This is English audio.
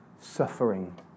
suffering